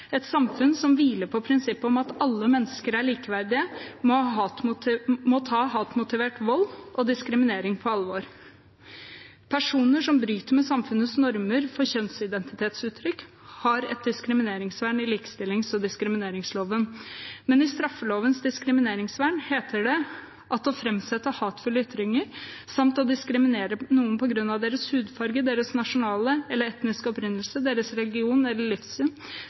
Et samfunn som hviler på prinsippet om at alle mennesker er likeverdige, må ta hatmotivert vold og diskriminering på alvor. Personer som bryter med samfunnets normer for kjønnsidentitetsuttrykk, har et diskrimineringsvern i likestillings- og diskrimineringsloven, men i straffelovens diskrimineringsvern heter det at å framsette hatefulle ytringer samt å diskriminere noen på grunn av deres hudfarge, deres nasjonale eller etniske opprinnelse, deres religion eller livssyn,